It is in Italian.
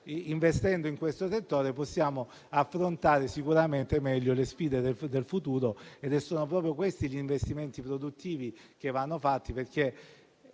Investendo in questo settore possiamo invece affrontare sicuramente meglio le sfide del futuro. Sono proprio questi gli investimenti produttivi da sostenere.